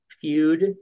feud